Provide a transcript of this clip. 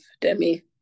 Demi